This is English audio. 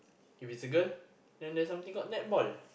if it's a girl then there's something called netball